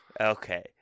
Okay